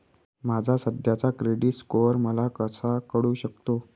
माझा सध्याचा credit score मला कसा कळू शकतो?